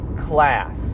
class